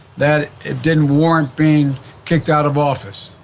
that it didn't warrant being kicked out of office.